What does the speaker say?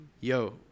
yo